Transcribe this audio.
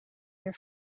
your